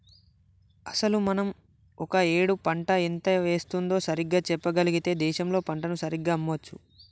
అసలు మనం ఒక ఏడు పంట ఎంత వేస్తుందో సరిగ్గా చెప్పగలిగితే దేశంలో పంటను సరిగ్గా అమ్మొచ్చు